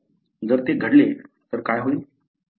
जर ते घडले तर काय होईल